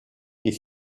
est